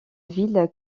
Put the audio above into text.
ville